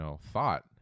thought